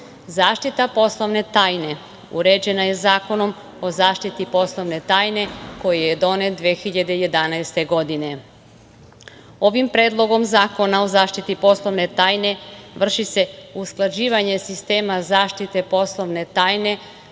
Zaštita poslovne tajne uređena je Zakonom o zaštiti poslovne tajne koji je donet 2011. godine. Ovim Predlogom zakona o zaštiti poslovne tajne vrši se usklađivanje sistema zaštite poslovne tajne